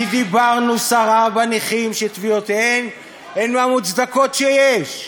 כי דיברנו סרה בנכים, שתביעותיהם הן המוצדקות שיש.